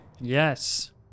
Yes